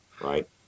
right